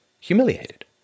humiliated